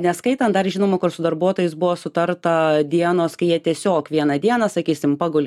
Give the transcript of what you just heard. neskaitant dar žinoma kur su darbuotojus buvo sutarta dienos kai jie tiesiog vieną dieną sakysim paguli